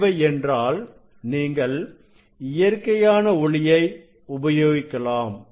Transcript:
தேவை என்றால் நீங்கள் இயற்கையான ஒளியை உபயோகிக்கலாம்